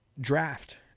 draft